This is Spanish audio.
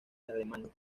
alemanes